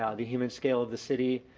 um the human scale of the city,